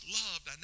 loved